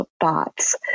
thoughts